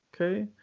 okay